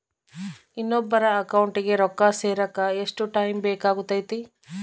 ಇನ್ನೊಬ್ಬರ ಅಕೌಂಟಿಗೆ ರೊಕ್ಕ ಸೇರಕ ಎಷ್ಟು ಟೈಮ್ ಬೇಕಾಗುತೈತಿ?